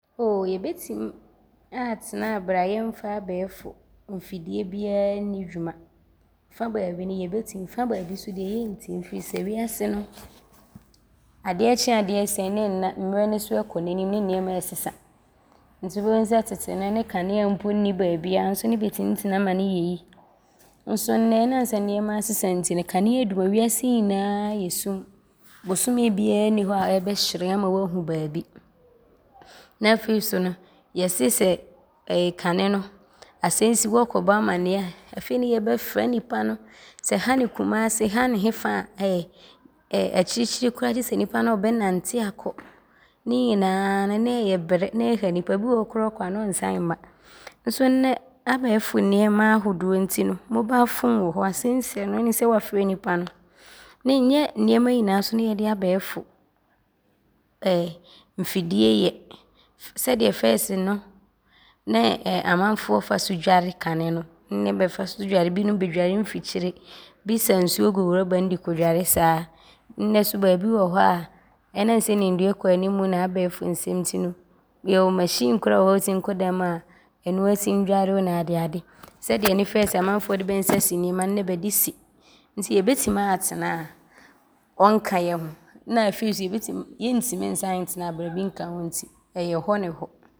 Ooo yɛbɛtim aatena aberɛ a yɛmfa abɛɛfo mfidie biaa nni dwuma. Fa baabi yɛbɛtim. Fa baabi so deɛ yɛntim firi sɛ wiase no, adeɛ akye adeɛ asa yi ne mmerɛ no so ɔɔkɔ n’anim ne nnoɔma ɔɔsesa nti wobɛhu sɛ tete no ne kanea mpo nni baabiaa nso ne bɛtim tena ma ne yɛ yie nso nnɛ ɔnam sɛ nnoɔma asesa nti no, kanea dum a ne wiase nyinaa ayɛ sum. Bosome biaa nni hɔ a ɔbɛhyerɛn ama woahu baabi. Na afei so no, yɛse sɛ kane no, asɛm si wɔɔkɔbɔ amanneɛ a, afei ne yɛɛbɛfa nnipa no sɛ ha ne Kumase, ha ne hefa a, akyirikyiri koraa a gye sɛ nnipa no ɔɔbɛnante aakɔ. Ne nyinaa ne ɔyɛ brɛ. Ne ɔha nnipa. Bi wɔ hɔ ne ɔkɔ a ɔnsane mma nso nnɛ abɛɛfo nnoɔma ahodoɔ nti no mobaa fon wɔ hɔ, asɛm si a noaa di sɛ woafrɛ nnipa no ne nyɛ nnoɔma nyinaa so ne yɛde abɛɛfo mfidie yɛ. Sɛdeɛ fɛɛse no, ne amanfoɔ fa so dware kane no, nnɛ bɛfa so dware. Binom bɛdware mfikyire. Bi sa nsuo gu rɔba mu de kɔdware saa. Nnɛ so baabi wɔ hɔ a, ɔnam sɛ nimdeɛ kɔ anim ne abɛɛfo nsɛm nti no, yɛwɔ afidie wɔ hɔ a nnipa tim kɔda mu a, ɔnoaa tim dware wo ne adeade. Sɛdeɛ ne fɛɛse ne amanfoɔ de bɛ nsa nnoɔma no, nnɛ bɛde si nti yɛbɛtim aatena a ɔnka yɛ ho ne afei so yɛntim ntena a aberɛ a ɔnka ho nti ɔyɛ hɔ ne hɔ.